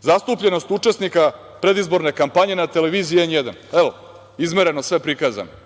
Zastupljenost učesnika predizborne kampanje na televiziji N1, evo izmereno sve i prikazano,